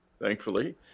thankfully